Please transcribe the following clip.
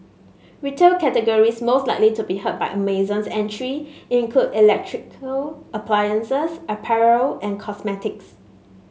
retail categories most likely to be hurt by Amazon's entry include electrical appliances apparel and cosmetics